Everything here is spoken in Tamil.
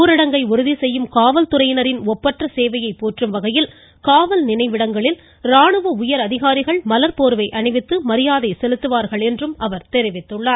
ஊரடங்கை உறுதிசெய்யும் காவல்துறையினரின் ஒப்பற்ற சேவையை போற்றும் வகையில் காவல் நினைவிடங்களில் ராணுவ உயர் அதிகாரிகள் மலர் போர்வை அணிவித்து மரியாதை செலத்துவார்கள் என்றார்